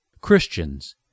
Christians